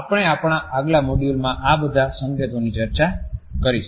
આપણે આપણા આગલા મોડ્યુલમાં આ બધા સંકેતોની ચર્ચા કરીશું